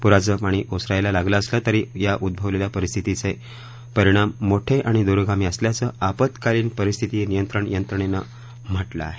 पूराचं पाण ओसरायला लागलं असलं तरी या उद्ववलेल्या परिस्थितीचे परिणाम मोठे आणि दूरगामी असल्याचं आप्तकालिन परिस्थिती निंयत्रण यंत्रणेनं म्हटलं आहे